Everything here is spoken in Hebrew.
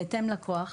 בהתאם לכוח.